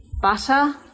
butter